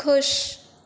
खु़शि